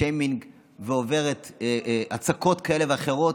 שיימינג ועוברת הצקות כאלה ואחרות,